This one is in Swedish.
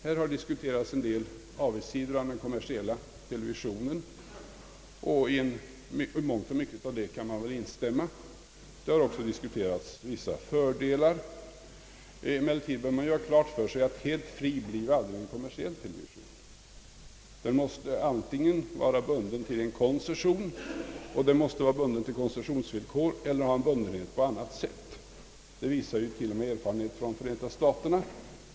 Här har diskuterats en del avigsidor hos den kommersiella televisionen, och i mångt och mycket därav kan man väl instämma. Det har också diskuterats vissa fördelar. Emellertid bör man göra klart för sig att helt fri blir aldrig en kommersiell television. Den måste antingen vara bunden till koncessionsvillkor eller ha en bundenhet på annat sätt. Det visar t.o.m. erfarenheten från Förenta staterna.